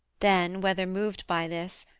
then, whether moved by this,